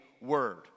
word